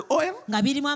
oil